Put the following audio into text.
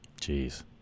Jeez